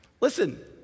Listen